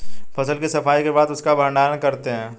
फसल की सफाई के बाद उसका भण्डारण करते हैं